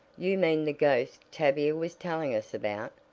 you mean the ghost tavia was telling us about.